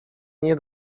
nie